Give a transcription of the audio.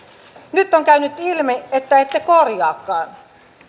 nyt on käynyt ilmi että ette korjaakaan